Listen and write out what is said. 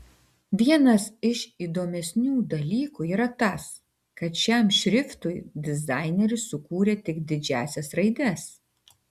vienas iš įdomesnių dalykų yra tas kad šiam šriftui dizaineris sukūrė tik didžiąsias raides